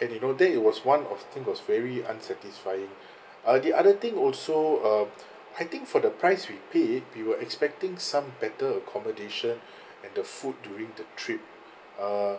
and you know that it was one of thing was very unsatisfying uh the other thing also uh I think for the price we pay we were expecting some better accommodation and the food during the trip uh